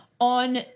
on